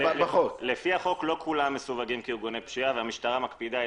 לפי החוק לא כולם מסווגים כארגוני פשיעה והמשטרה מקפידה.